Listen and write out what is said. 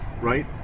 right